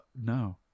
No